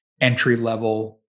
entry-level